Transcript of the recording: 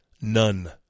None